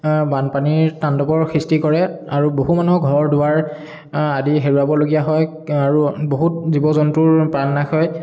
বানপানীৰ তাণ্ডৱৰ সৃষ্টি কৰে আৰু বহু মানুহৰ ঘৰ দুৱাৰ আদি হেৰুৱাবলগীয়া হয় আৰু বহুত জীৱ জন্তুৰ প্ৰাণনাশ হয়